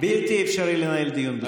בלתי אפשרי לנהל דיון בצורה כזאת.